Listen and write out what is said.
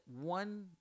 one